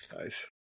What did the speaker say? Nice